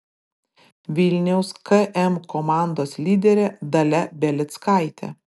vilniaus km komandos lyderė dalia belickaitė